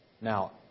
Now